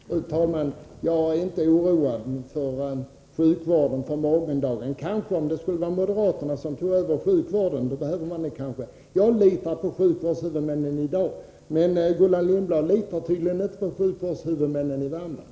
Fru talman! Jag är inte oroad för morgondagens sjukvård. Kanske skulle jag vara det om det var moderaterna som tog över sjukvården. Jag litar på sjukvårdshuvudmännen i dag. Gullan Lindblad litar tydligen inte på sjukvårdshuvudmännen i Värmland.